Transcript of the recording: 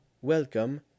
welcome